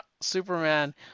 Superman